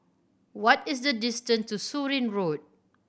what is the distance to Surin Road